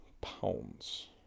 pounds